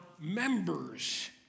members